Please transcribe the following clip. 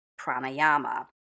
pranayama